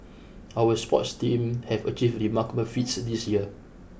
our sports teams have achieved remarkable feats this year